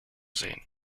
sehen